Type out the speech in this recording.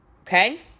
Okay